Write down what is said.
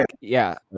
yeah-